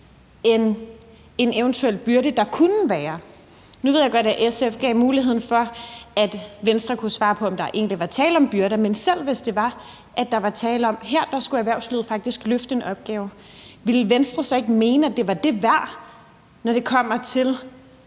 end en eventuel byrde, der kunne være. Nu ved jeg godt, at SF gav muligheden for, at Venstre kunne svare på, om der egentlig var tale om byrder, men selv hvis det var sådan, at der var tale om, at her skulle erhvervslivet faktisk løfte en opgave, ville Venstre så ikke mene, at det var det værd, når det kommer til